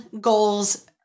goals